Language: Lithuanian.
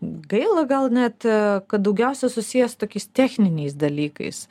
gaila gal net kad daugiausia susiję su tokiais techniniais dalykais